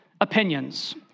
opinions